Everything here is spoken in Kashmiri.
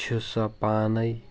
چھِ سۄ پانےٕ